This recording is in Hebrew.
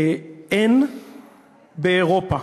אין באירופה,